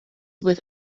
with